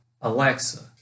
Alexa